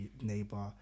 neighbor